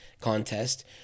Contest